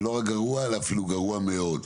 ולא רק גרוע, אלא אפילו גרוע מאוד.